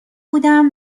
بودم